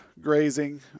grazing